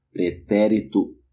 pretérito